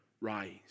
Rise